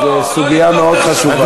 זו סוגיה מאוד חשובה.